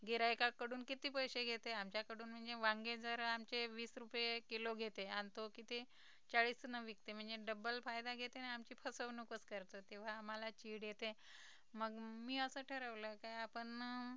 गिराईकाकडून कि्ती पैसे घेते आमच्याकडून म्हणजे वांगे जर आमचे वीस रुपये किलो घेते आणि तो किती चाळीस न विकते म्हणजे डब्बल फायदा घेते आणि आमची फसवणुकच करतो तेव्हा आम्हाला चीड येते मग मी असं ठरवलं का आपण